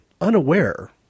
unaware